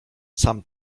sam